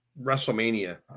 Wrestlemania